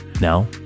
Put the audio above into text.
Now